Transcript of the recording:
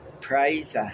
praise